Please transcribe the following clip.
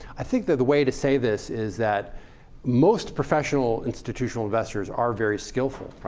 i think that the way to say this is that most professional institutional investors are very skillful.